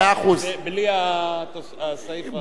בלי הסעיף,